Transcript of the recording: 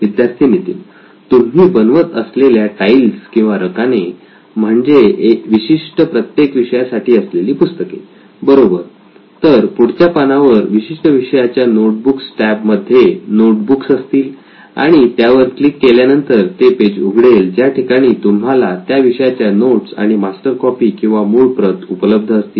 विद्यार्थी नितीन तुम्ही बनवत असलेल्या टाइल्स किंवा रकाने म्हणजे विशिष्ट प्रत्येक विषयासाठी असलेली पुस्तके बरोबर तर पुढच्या पानावर विशिष्ट विषयाच्या नोट बुक्स टॅब मध्ये नोट बुक्स असतील आणि त्यावर क्लिक केल्यानंतर ते पेज उघडेल ज्या ठिकाणी तुम्हाला त्या विषयाच्या नोट्स आणि मास्टर कॉपी किंवा मूळ प्रत उपलब्ध असतील